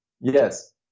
Yes